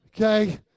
Okay